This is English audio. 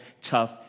tough